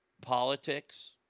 politics